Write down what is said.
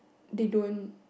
they don't